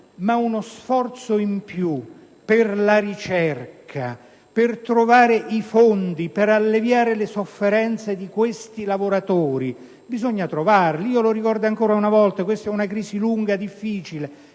ma uno sforzo in più per la ricerca, per trovare i fondi, per alleviare le sofferenze di questi lavoratori bisogna farlo. Lo ricordo ancora una volta: questa è un crisi lunga e difficile.